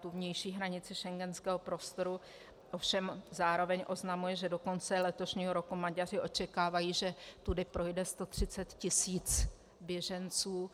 tu vnější hranici schengenského prostoru, ovšem zároveň oznamuje, že do konce letošního roku Maďaři očekávají, že tudy projde 130 tisíc běženců.